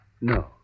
No